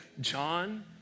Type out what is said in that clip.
John